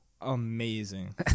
Amazing